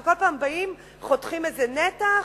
שכל פעם באים וחותכים איזה נתח,